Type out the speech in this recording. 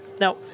Now